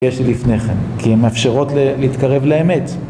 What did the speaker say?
יש לי לפניכם כי הן מאפשרות להתקרב לאמת